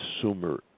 consumer